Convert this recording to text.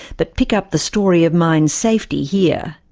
but pick up the story of mine safety here.